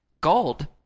Gold